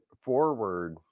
forward